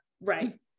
right